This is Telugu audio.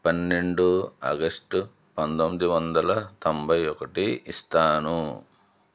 పన్నెండు ఆగస్టు పంతొమ్మిది వందల తొంభై ఒకటి ఇస్తాను